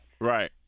Right